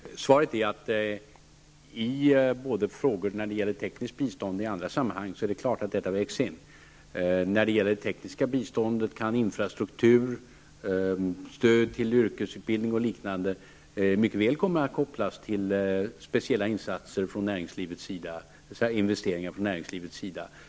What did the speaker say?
Herr talman! Svaret är att det är klart att detta vägs in både när det gäller frågor som gäller tekniskt bistånd och i andra sammanhang. När det gäller det tekniska biståndet kan infrastruktur, stöd till yrkesutbildning och liknande mycket väl komma att kopplas till speciella insatser, dvs. investeringar, från näringslivets sida.